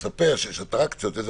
שצריכים לספר שיש אטרקציות איזה